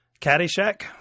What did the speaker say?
Caddyshack